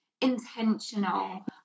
intentional